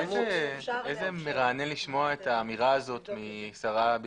כמה מרענן לשמוע את האמירה הזאת משרה בישראל,